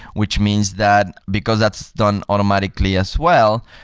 which means that because that's done automatically as well,